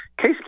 Case